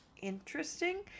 interesting